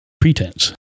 pretense